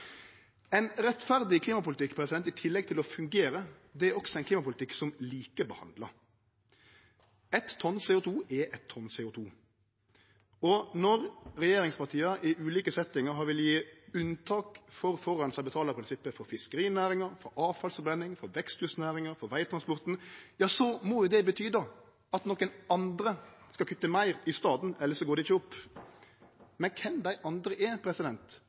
Ein rettferdig klimapolitikk, i tillegg til å fungere, er også ein klimapolitikk som likebehandlar. Eitt tonn CO 2 er eitt tonn CO 2, og når regjeringspartia i ulike settingar vil gje unntak for forureinar betalar-prinsippet – for fiskerinæringa, for avfallsforbrenninga, for veksthusnæringa, for vegtransporten – ja, så må det bety at nokon andre skal kutte meir i staden, elles går det ikkje opp. Men kven dei andre er,